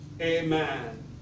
Amen